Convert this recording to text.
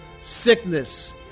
sickness